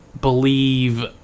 believe